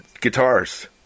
Guitars